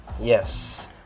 Yes